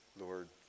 Lord